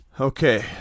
Okay